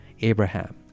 Abraham